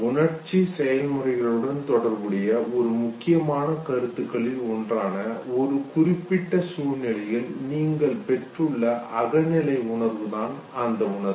உணர்ச்சி செயல்முறைகளுடன் தொடர்புடைய ஒரு முக்கியமான கருத்துக்களில் ஒன்றான ஒரு குறிப்பிட்ட சூழ்நிலையில் நீங்கள் பெற்றுள்ள அகநிலை உணர்வு தான் அந்த உணர்வு